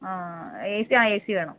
ആ ഏ സിയ A C വേണം